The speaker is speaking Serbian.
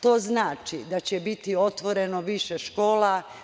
To znači da će biti otvoreno više škola.